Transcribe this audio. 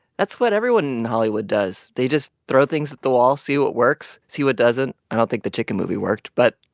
that's what everyone in hollywood does. they just throw things at the wall, see what works, see what doesn't. i don't think the chicken movie worked. but,